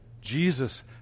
Jesus